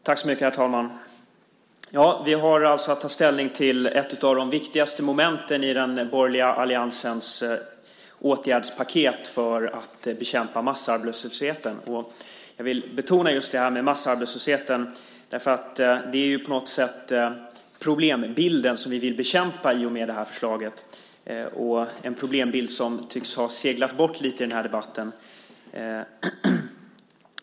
Herr talman! Vi har alltså nu att ta ställning till ett av de viktigaste momenten i den borgerliga alliansens åtgärdspaket för att bekämpa massarbetslösheten. Jag vill betona just detta med massarbetslösheten. Det är ju på något sätt den problembilden vi vill bekämpa med detta förslag, och den tycks ha seglat bort lite i den här debatten.